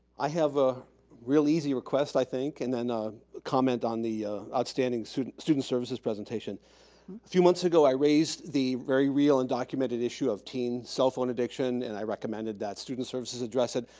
i have a real easy request, i think, and then a comment on the outstanding student student services presentation. a few months ago, i raised the very real and documented issue of teen cellphone addiction and i recommended that student services address it.